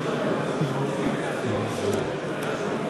כן.